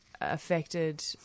affected